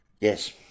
Yes